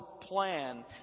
plan